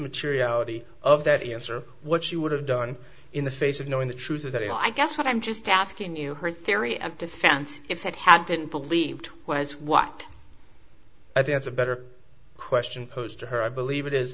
materiality of that answer what she would have done in the face of knowing the truth of that i guess what i'm just asking you her theory of defense if it had been believed was what i think it's a better question posed to her i believe it is